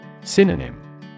Synonym